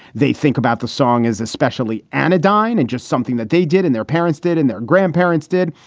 they think about the song as especially anodyne and just something that they did and their parents did and their grandparents did.